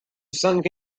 sunk